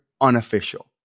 unofficial